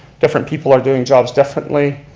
different people are doing jobs differently.